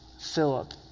Philip